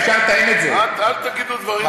אל תגידו דברים סתם.